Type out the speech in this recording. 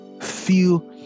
Feel